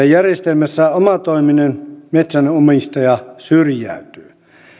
järjestelmässä omatoiminen metsänomistaja syrjäytyy